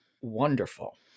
wonderful